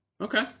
Okay